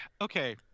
Okay